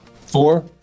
four